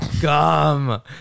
Gum